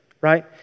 right